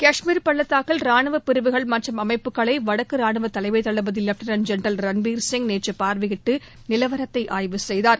கஷ்மீர் பள்ளத்தாக்கில் ராணுவ பிரிவுகள் மற்றும் அமைப்புகளை வடக்கு ராணுவ தலைமை தளபதி லெட்டினன்ட் ஜெனரல் ரன்பீர் சிங் நேற்று பார்வையிட்டு நிலவரத்தை ஆய்வு செய்தார்